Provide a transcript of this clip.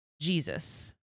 Jesus